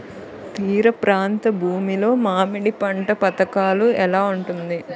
తీర ప్రాంత భూమి లో మామిడి పంట పథకాల ఎలా ఉంటుంది?